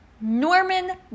Norman